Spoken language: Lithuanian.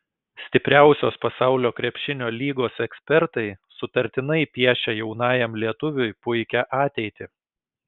stipriausios pasaulio krepšinio lygos ekspertai sutartinai piešia jaunajam lietuviui puikią ateitį